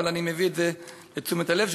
אבל אני מביא את זה לתשומת הלב,